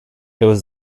was